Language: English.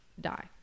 die